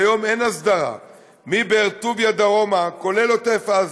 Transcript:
כיום אין הסדרה מבאר-טוביה דרומה, כולל עוטף-עזה,